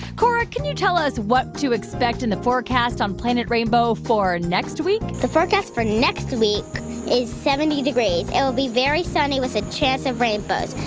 cora, can you tell us what to expect in the forecast on planet rainbow for next week? the forecast for next week is seventy degrees. it'll be very sunny with a chance of rainbows.